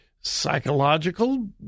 psychological